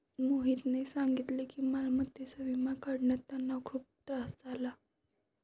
मोहितने सांगितले की मालमत्तेचा विमा काढण्यात त्यांना खूप त्रास झाला